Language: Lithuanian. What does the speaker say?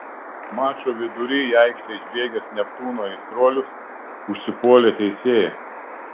mačo viduryje į aikštę išbėgęs neptūno aistruolius užsipuolė teisėją